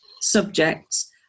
subjects